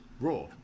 Raw